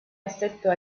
assetto